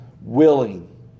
willing